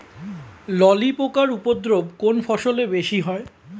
ললি পোকার উপদ্রব কোন ফসলে বেশি হয়?